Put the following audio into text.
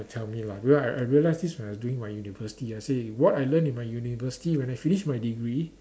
to tell me lah because I I realise this when I was doing my university I say what I learn in my university when I finish my degree